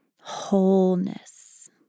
Wholeness